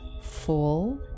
full